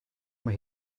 mae